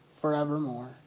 forevermore